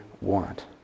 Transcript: want